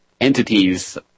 entities